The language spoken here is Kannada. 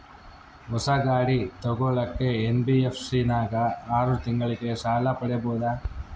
ಹೊಸ ಗಾಡಿ ತೋಗೊಳಕ್ಕೆ ಎನ್.ಬಿ.ಎಫ್.ಸಿ ನಾಗ ಆರು ತಿಂಗಳಿಗೆ ಸಾಲ ಪಡೇಬೋದ?